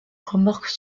remorque